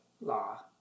law